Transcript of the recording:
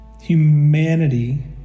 humanity